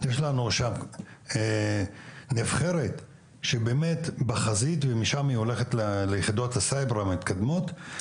יש לנו שם נבחרת שבאמת בחזית ומשם היא הולכת ליחידות הסייבר המתקדמות.